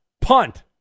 punt